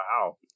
Wow